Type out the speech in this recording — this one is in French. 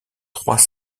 trois